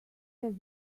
our